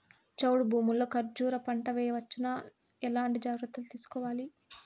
చౌడు భూముల్లో కర్బూజ పంట వేయవచ్చు నా? ఎట్లాంటి జాగ్రత్తలు తీసుకోవాలి?